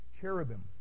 cherubim